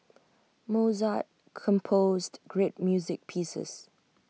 Mozart composed great music pieces